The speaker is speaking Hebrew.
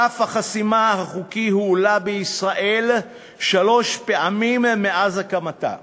סף החסימה החוקי הועלה בישראל שלוש פעמים מאז הקמתה.